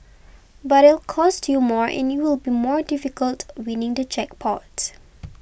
but it'll cost you more and it will be more difficult winning the jackpot